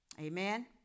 Amen